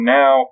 now